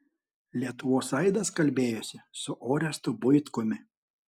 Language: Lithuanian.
lietuvos aidas kalbėjosi su orestu buitkumi